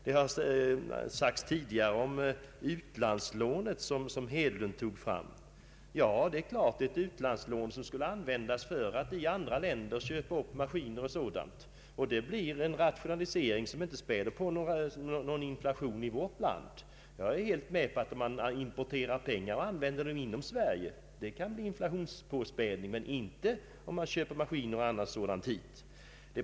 Det har tidigare talats om utlandslånet, som herr Hedlund föreslog. Det gällde ett utlandslån som skulle användas för att i andra länder köpa upp maskiner m.m., och det är en rationalisering som inte späder på någon inflation i vårt land. Jag är helt med på att om man importerar pengar och använder dem inom Sverige kan det bli en inflationspåspädning, men inte om man köper maskiner och annan utrustning hit.